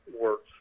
works